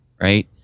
right